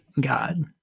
God